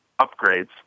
upgrades